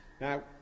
now